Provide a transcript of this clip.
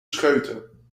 scheuten